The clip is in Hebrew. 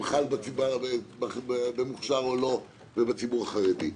אם חל במוכש"ר או לא ובציבור החרדי.